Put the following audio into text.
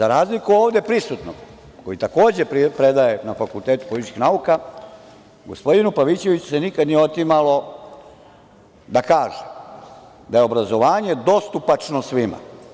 Ali, za razliku od ovde prisutnog koji takođe predaje na Fakultetu političkih nauka, gospodinu Pavićeviću se nikad nije otimalo da kaže da je obrazovanje dostupačno svima.